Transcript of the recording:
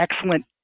excellent